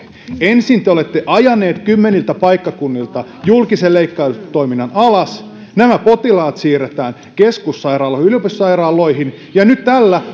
ensin te te olette ajaneet kymmeniltä paikkakunnilta julkisen leikkaustoiminnan alas nämä potilaat siirretään keskussairaaloihin ja yliopistosairaaloihin ja nyt tällä